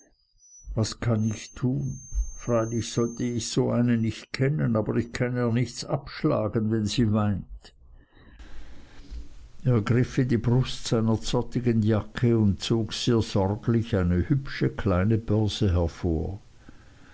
was kann ich tun freilich sollte sie so eine nicht kennen aber ich kann ihr nichts abschlagen wenn sie weint er griff in die brust seiner zottigen jacke und zog sehr sorglich eine kleine hübsche börse hervor